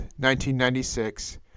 1996